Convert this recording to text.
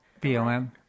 BLM